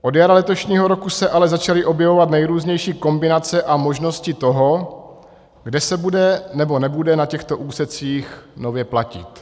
Od jara letošního roku se ale začaly objevovat nejrůznější kombinace a možnosti toho, kde se bude nebo nebude na těchto úsecích nově platit.